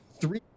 three